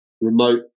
remote